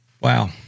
Wow